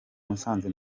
musanze